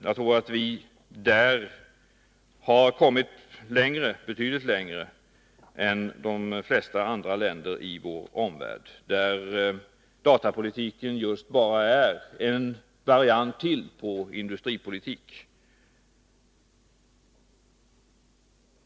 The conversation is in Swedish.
Jag tror att vi där har kommit betydligt längre än de flesta andra länder i vår omvärld, där datapolitiken ofta är ytterligare en variant på industripolitik.